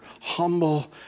humble